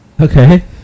Okay